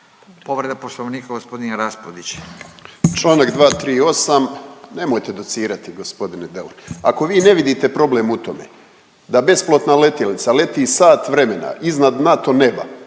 Povreda Poslovnika gospodin Raspudić.